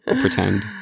Pretend